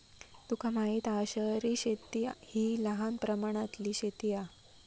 तुका माहित हा शहरी शेती हि लहान प्रमाणातली शेती हा